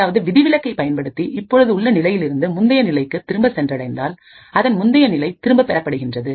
அதாவது விதிவிலக்கை பயன்படுத்தி இப்பொழுது உள்ள நிலையில் இருந்து முந்தைய நிலைக்கு திரும்ப சென்றடைந்தால் அதன் முந்தைய நிலை திரும்ப பெறப்படுகின்றன